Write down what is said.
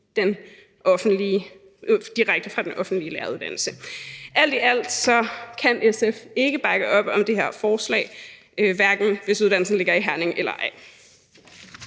direkte fra den offentlige læreruddannelse. Alt i alt kan SF ikke bakke op om det her forslag, uanset om uddannelsen ligger i Herning eller ej.